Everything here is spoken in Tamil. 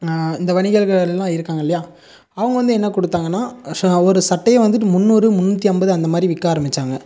இந்த வணிகர்களெல்லாம் இருக்காங்க இல்லையா அவங்க வந்து என்ன கொடுத்தாங்கனா ஒரு சட்டையை வந்துட்டு முந்நூறு முந்நூற்றி ஐம்பது அந்த மாதிரி விற்க ஆரம்பிச்சாங்க